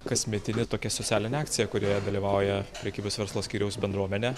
kasmetinė tokia socialinė akcija kurioje dalyvauja prekybos verslo skyriaus bendruomenė